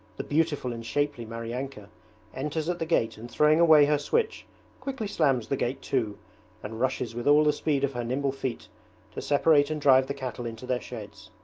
the beautiful and shapely maryanka enters at the gate and throwing away her switch quickly slams the gate to and rushes with all the speed of her nimble feet to separate and drive the cattle into their sheds.